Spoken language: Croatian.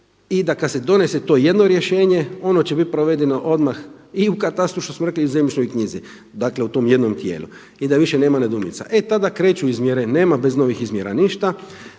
i kad se donese to jedno rješenje, ono će biti provedeno odmah i u katastru što smo rekli, i u zemljišnoj knjizi. Dakle, u tom jednom tijelu i da više nema nedoumica. E tada kreću izmjere. Nema bez novih izmjera ništa.